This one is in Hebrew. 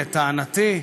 לטענתי?